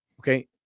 Okay